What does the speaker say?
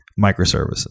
microservices